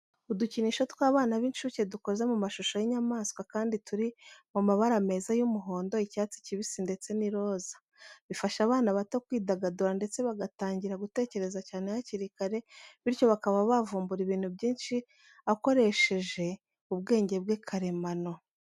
Udukinisho tw'abana b'incuke dukoze mu mashusho y'inyamaswa kandi turi mu mabara meza y'umuhondo, icyatsi kibisi ndetse n'iroza. Bifasha abana bato kwidagadura ndetse bagatangira gutekereza cyane hakiri kare, bityo bakaba bavumbura ibintu byinshi akoresheje ubwenge bwe karemano.